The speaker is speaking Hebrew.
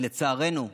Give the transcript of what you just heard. לצערנו,